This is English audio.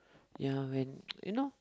ya when you know